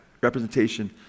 representation